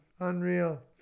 Unreal